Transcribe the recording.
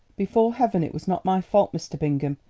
before heaven, it was not my fault, mr. bingham,